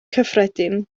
cyffredin